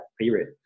period